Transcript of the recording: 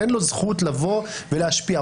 אין לו זכות לבוא ולהשפיע.